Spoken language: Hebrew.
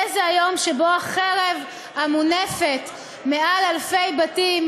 יהיה זה היום שבו החרב המונפת מעל אלפי בתים,